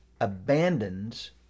abandons